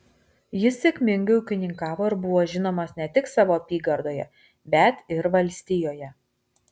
jis sėkmingai ūkininkavo ir buvo žinomas ne tik savo apygardoje bet ir valstijoje